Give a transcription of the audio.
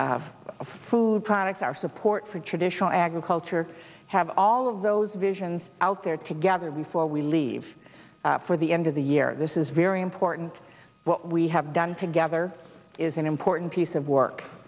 of food products our support for traditional agriculture have all of those visions out there together before we leave for the end of the year this is very important what we have done together is an important piece of work